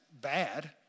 bad